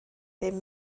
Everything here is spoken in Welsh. bum